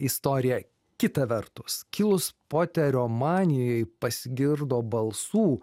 istoriją kita vertus kilus poterio manijai pasigirdo balsų